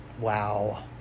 wow